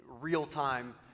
real-time